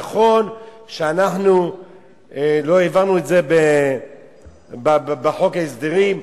נכון שלא העברנו את זה בחוק ההסדרים,